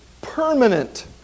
permanent